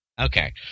Okay